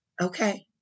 Okay